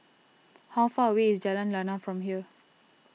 how far away is Jalan Lana from here